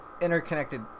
Interconnected